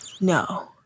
no